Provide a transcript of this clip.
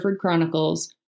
Chronicles